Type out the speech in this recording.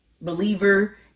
believer